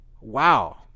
wow